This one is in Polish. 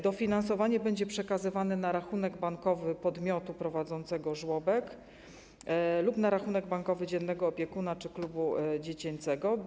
Dofinansowanie będzie przekazywane na rachunek bankowy podmiotu prowadzącego żłobek lub na rachunek bankowy dziennego opiekuna czy klubu dziecięcego.